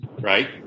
Right